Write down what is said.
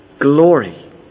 glory